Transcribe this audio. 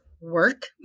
work